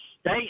state